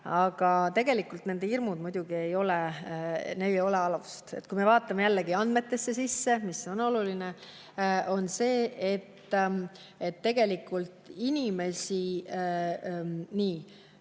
Aga tegelikult nende hirmudel muidugi ei ole alust. Kui me vaatame jällegi andmetesse sisse, mis on oluline, on see, et tegelikult inimesi … Nii,